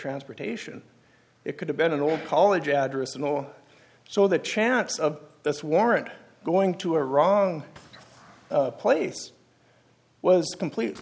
transportation it could have been an old college address and all so the chance of this warrant going to a wrong place was complete